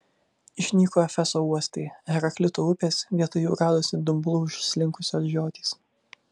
išnyko efeso uostai heraklito upės vietoj jų radosi dumblu užslinkusios žiotys